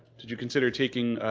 did you consider taking